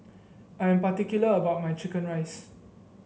I am particular about my chicken rice